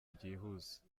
ryihuse